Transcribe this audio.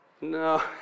No